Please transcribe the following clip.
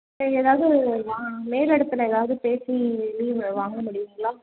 இப்போ எதாவது மா மேல் இடத்தில் எதாவது பேசி லீவு வாங்க முடியுங்களா